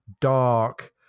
dark